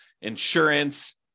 insurance